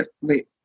wait